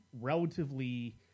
relatively